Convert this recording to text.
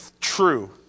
true